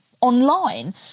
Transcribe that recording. online